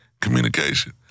communication